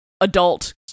adult